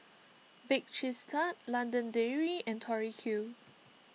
Bake Cheese Tart London Dairy and Tori Q